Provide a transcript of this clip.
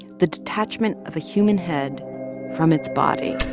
the detachment of a human head from its body